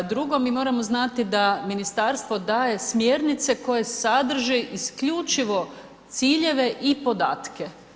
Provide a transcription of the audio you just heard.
Drugo mi moramo znati da ministarstvo daje smjernice koje sadrže isključivo ciljeve i podatke.